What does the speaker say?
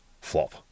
flop